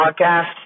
podcast